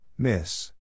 Miss